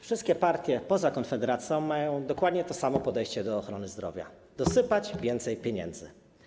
Wszystkie partie poza Konfederacją mają dokładnie to samo podejście do ochrony zdrowia: dosypać więcej pieniędzy.